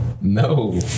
No